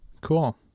cool